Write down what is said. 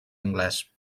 anglès